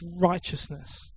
righteousness